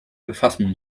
befassen